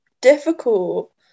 difficult